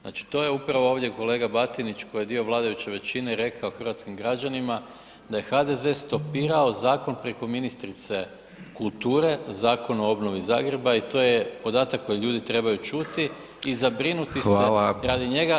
Znači, to je upravo ovdje kolega Batinić koji je dio vladajuće većine rekao hrvatskim građanima da je HDZ stopirao zakon preko ministrice kulture, Zakon o obnovi Zagreba i to je podatak kojeg ljudi trebaju čuti i zabrinuti se radi njega.